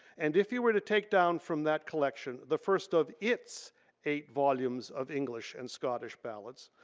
and if you were to take down from that collection, the first of its eight volumes of english and scottish ballads,